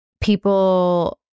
people